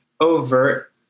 overt